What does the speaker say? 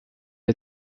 est